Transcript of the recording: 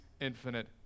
infinite